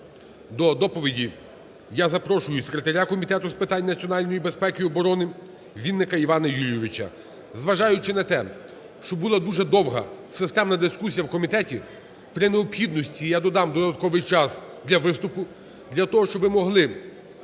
До доповіді я запрошую секретаря Комітету з питань національної безпеки і оборони Вінника Івана Юлійовича. Зважаючи на те, що була дуже довга системна дискусія у комітеті, при необхідності я додам додатковий час для виступу для того, щоб ви могли